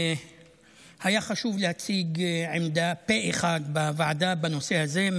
היה חשוב להציג עמדה פה אחד בוועדה בנושא הזה,